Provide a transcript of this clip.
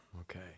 Okay